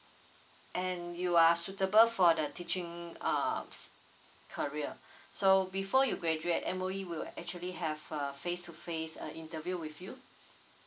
and you are suitable for the teaching uh career so before you graduate M_O_E will actually have a face to face a interview with you